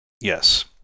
Yes